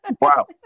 wow